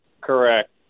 Correct